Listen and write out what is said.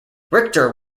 richter